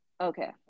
Okay